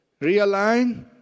Realign